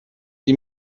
die